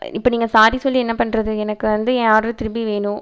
இப்போ நீங்கள் ஸாரி சொல்லி என்ன பண்ணுறது எனக்கு வந்து என் ஆர்ட்ரு திரும்பி வேணும்